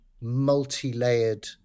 multi-layered